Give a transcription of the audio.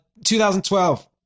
2012